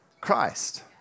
Christ